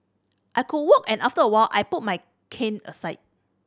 I could walk and after a while I put my cane aside